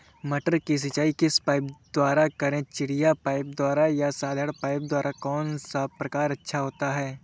मटर की सिंचाई किस पाइप द्वारा करें चिड़िया पाइप द्वारा या साधारण पाइप द्वारा कौन सा प्रकार अच्छा होता है?